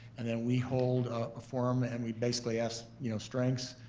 and then we hold a forum and we basically ask you know strengths,